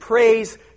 Praise